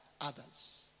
others